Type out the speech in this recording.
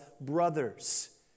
brothers